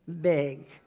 big